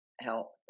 help